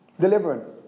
Deliverance